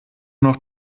noch